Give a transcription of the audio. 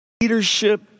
leadership